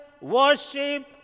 worship